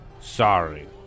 sorry